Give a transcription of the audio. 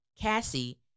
Cassie